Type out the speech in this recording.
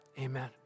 amen